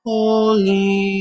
Holy